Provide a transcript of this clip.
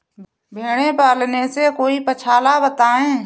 भेड़े पालने से कोई पक्षाला बताएं?